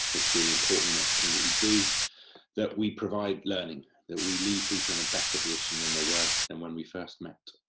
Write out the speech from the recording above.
it's really important in everything that we do that we provide learning, that we leave people in a better position than they were when we first met,